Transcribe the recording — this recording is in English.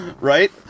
Right